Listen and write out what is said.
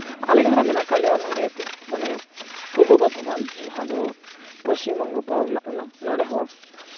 ᱟᱞᱮ ᱡᱟᱦᱟᱸᱨᱮ ᱢᱮᱱᱟᱜ ᱟᱠᱟᱫ ᱞᱮᱭᱟ ᱱᱚᱸᱰᱮ ᱢᱟᱱᱮ ᱯᱩᱨᱵᱚ ᱵᱚᱨᱫᱷᱚᱢᱟᱱ ᱡᱟᱦᱟᱸ ᱫᱚ ᱯᱚᱥᱪᱤᱢᱵᱚᱝᱜᱚ ᱯᱚᱱᱚᱛ ᱨᱮᱱᱟᱜ ᱠᱟᱱᱟ ᱱᱚᱸᱰᱮ ᱦᱚᱸ